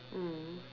mm